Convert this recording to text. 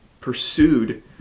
pursued